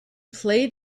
played